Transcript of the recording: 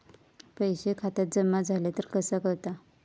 पैसे खात्यात जमा झाले तर कसा कळता?